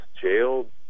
jailed